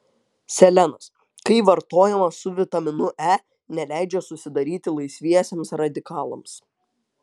selenas kai vartojamas su vitaminu e neleidžia susidaryti laisviesiems radikalams